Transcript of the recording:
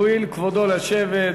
יואיל כבודו לשבת,